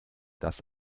das